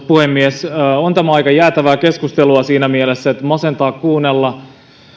puhemies on tämä aika jäätävää keskustelua siinä mielessä että masentaa kuunnella